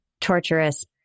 torturous